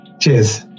Cheers